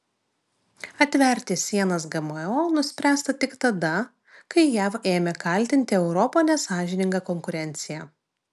atverti sienas gmo nuspręsta tik tada kai jav ėmė kaltinti europą nesąžininga konkurencija